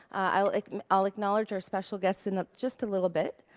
i'll i'll acknowledge our special guest in just a little bit,